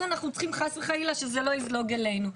אז אנחנו צריכים חס וחלילה שזה לא יזלוג אלינו.